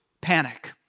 panic